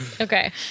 Okay